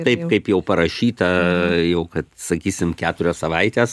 taip kaip jau parašyta jau kad sakysim keturios savaitės